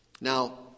Now